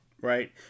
right